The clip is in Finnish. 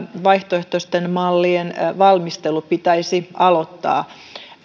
vaihtoehtoisten mallien valmistelu pitäisi aloittaa